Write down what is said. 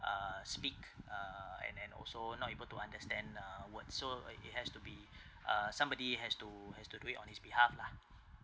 ah speak ah and and also not able to understand a word so it it has to be uh somebody has to has to do it on his behalf lah